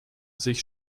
sich